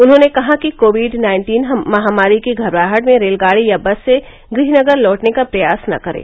उन्होंने कहा कि कोविड नाइन्टीन महामारी की घबराहट में रेलगाड़ी या बस से गृह नगर लौटने का प्रयास न करें